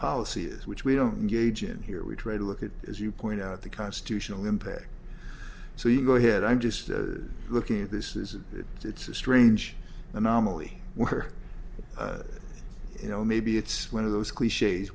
policy is which we don't gauge and here we try to look at as you point out the constitutional impact so you go ahead i'm just looking at this is it it's a strange anomaly we're you know maybe it's one of those cliches